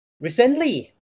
recently